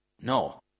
No